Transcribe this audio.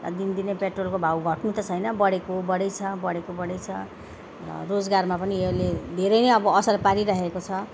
अब दिनदिनै पेट्रोलको भाउ घट्नु त छैन बढेको बढेकै छ बढेको बढेकै छ र रोजगारमा पनि यसले धेरै नै अब असर पारिरहेको छ